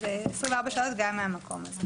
אז 24 שעות גם מהמקום הזה.